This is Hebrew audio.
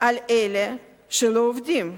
על אלה שלא עובדים,